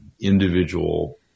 individual